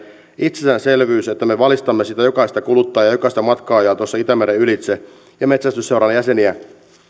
itsestäänselvyys että me valistamme jokaista kuluttajaa jokaista itämeren ylitse matkaavaa ja metsästysseuran jäseniä